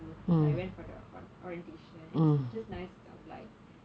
so I went for their orientation and it's just nice it's online